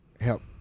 Help